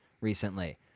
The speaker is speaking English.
recently